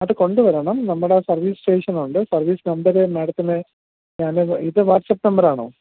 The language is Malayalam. അത് കൊണ്ട് വരണം നമ്മുടെ സർവീസ് സ്റ്റേഷന് ഉണ്ട് സർവീസ് നമ്പറ് മാഡത്തിന് ഞാൻ ഇത് വാട്സപ്പ് നമ്പറാണോ